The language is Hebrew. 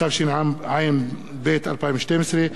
התשע"ב 2012,